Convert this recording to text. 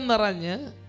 naranya